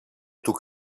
του